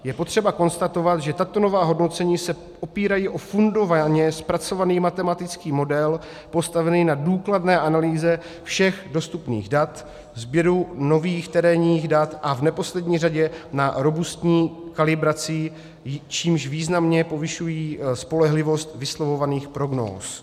Je potřeba konstatovat, že tato nová hodnocení se opírají o fundovaně zpracovaný matematický model postavený na důkladné analýze všech dostupných dat, sběru nových terénních dat a v neposlední řadě na robustní kalibraci, čímž významně povyšují spolehlivost vyslovovaných prognóz.